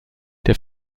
der